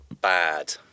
bad